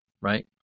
right